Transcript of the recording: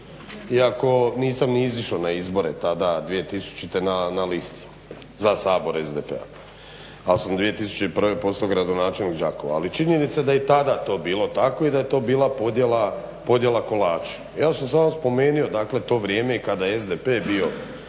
iako nisam ni izišao na izbore tada 2000. na listi za Sabor SDP-a. Ali sam 2001. postao gradonačelnik Đakova. Ali činjenica da je i tada bilo tako i da je to bila podjela kolača. Ja sam samo spomenuo dakle to vrijeme kada je SDP bio